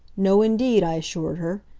no indeed, i assured her.